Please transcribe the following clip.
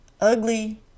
ugly